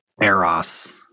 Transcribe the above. Eros